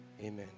Amen